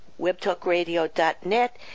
webtalkradio.net